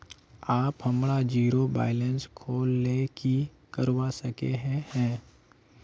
आप हमार zero balance खोल ले की करवा सके है?